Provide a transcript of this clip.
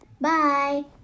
Bye